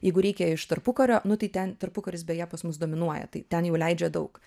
jeigu reikia iš tarpukario nu tai ten tarpukaris beje pas mus dominuoja tai ten jau leidžia daug